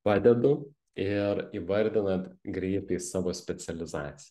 padedu ir įvardinat greitai savo specializaciją